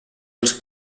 dels